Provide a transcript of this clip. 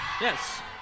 Yes